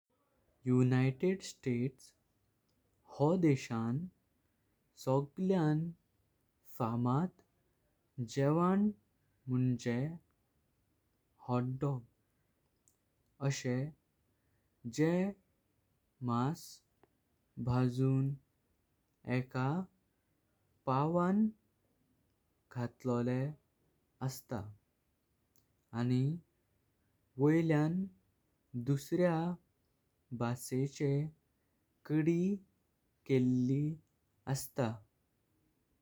United States हो देशां सोगळ्यां फामात जेवण म्हुणचें हॉट डॉग आषे जे मास भाजून एक पावं घातलोले अस्तां। आनी वळीं दुसऱ्या भषेचें कडी केले अस्तां।